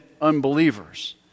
unbelievers